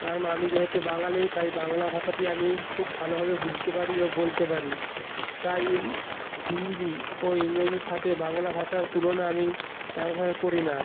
কারণ আমি যেহেতু বাঙালি তাই বাংলা ভাষাটি আমি খুব ভালোভাবে বুঝতে পারি ও বলতে পারি তাই হিন্দি ও ইংরাজির সাথে বাংলা ভাষার তুলনা আমি তেমনভাবে করি না